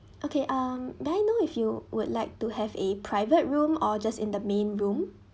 okay um may I know if you would like to have a private room or just in the main room